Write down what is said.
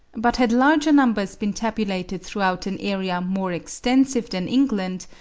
but had larger numbers been tabulated throughout an area more extensive than england,